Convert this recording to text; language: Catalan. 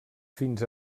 fins